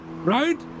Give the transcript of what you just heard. right